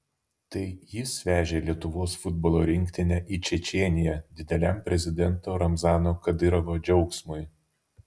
tai jis vežė lietuvos futbolo rinktinę į čečėniją dideliam prezidento ramzano kadyrovo džiaugsmui